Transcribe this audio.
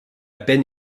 peine